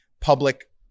public